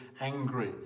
angry